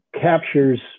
captures